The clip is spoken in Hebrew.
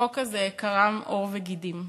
החוק הזה קרם עור וגידים.